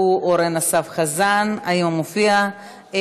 והוא אורן אסף חזן, אינו נוכח.